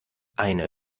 eine